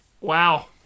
Wow